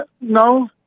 no